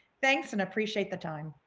thanks, and appreciate the time